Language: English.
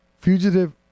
fugitive